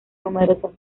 numerosas